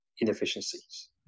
inefficiencies